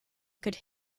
could